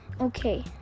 Okay